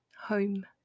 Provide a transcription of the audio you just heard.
Home